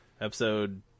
Episode